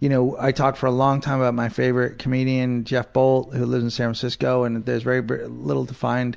you know i talk for a long time about my favorite comedian jeff bolt who lives in san francisco and is very little defined